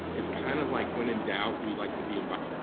it's kind of like when in doubt, we'd like to be and but